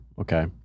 okay